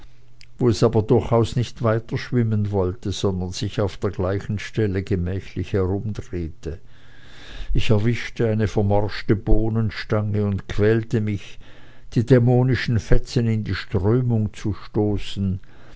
wo es aber durchaus nicht weiterschwimmen wollte sondern sich auf der gleichen stelle gemächlich herumdrehte ich erwischte eine vermorschte bohnenstange und quälte mich die dämonischen fetzen in die strömung zu stoßen